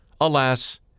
Alas